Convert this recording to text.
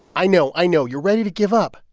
i know, i know. you're ready to give up,